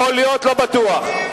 יכול להיות, לא בטוח.